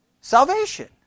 Salvation